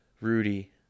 Rudy